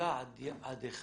השאלה עד היכן